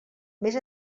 més